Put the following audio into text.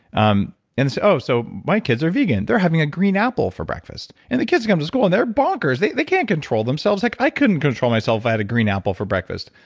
um and said, oh so my kids are vegan, they're having a green apple for breakfast. and the kids come to school and they're bonkers, they they can't control themselves. like i couldn't control myself if i had a green apple for breakfast.